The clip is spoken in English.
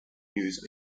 news